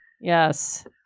yes